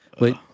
Wait